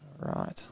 Right